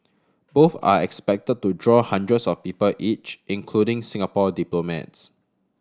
both are expected to draw hundreds of people each including Singapore diplomats